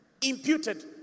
Imputed